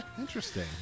Interesting